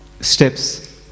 steps